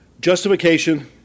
Justification